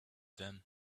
them